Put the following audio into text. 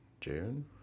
June